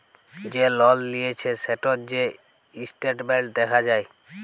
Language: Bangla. যে লল লিঁয়েছে সেটর যে ইসট্যাটমেল্ট দ্যাখা যায়